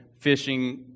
fishing